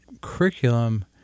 curriculum